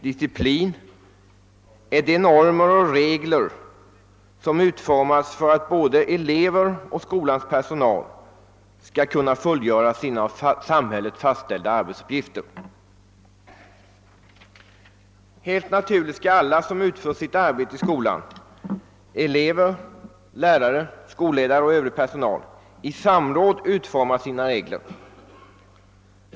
Disciplin är de normer och regler som utformats för att både elever och skolans personal skall kunna fullgöra sina av samhället fastställda arbetsuppgifter. Helt naturligt skall alla som utför sitt arbete i skolan — elever, lärare, skolledare och övrig personal — i samråd utforma sina regler.